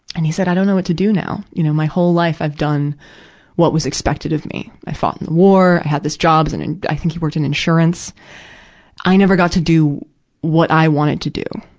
and he said, i don't know what to do now. you know, my whole life i've done what was expected of me. i fought in the war, i had this job as an in, and i think he worked in insurance i never got to do what i wanted to do.